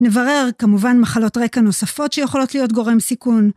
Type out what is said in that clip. נברר, כמובן, מחלות רקע נוספות שיכולות להיות גורם סיכון.